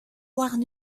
warn